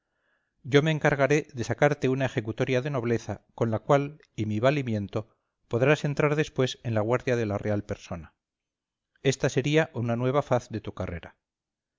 yo me encargaré de sacarte una ejecutoria de nobleza con la cual y mi valimiento podrás entrar después en la guardia de la real persona esta sería una nueva faz de tu carrera